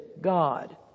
God